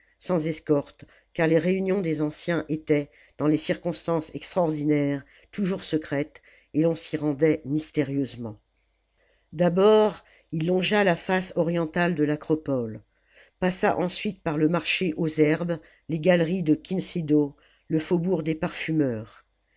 sans escorte car les réunions des anciens étaient dans les circonstances extraordinaires toujours secrètes et l'on s'y rendait mystérieusement d'abord il longea la face orientale de l'acropole passa ensuite par le marché aux herbes les galeries de kinisdo le faubourg des parfumeurs